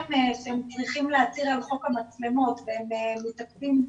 שהם צריכים להצהיר על חוק המצלמות והם מתעכבים,